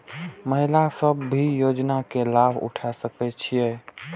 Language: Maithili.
महिला सब भी योजना के लाभ उठा सके छिईय?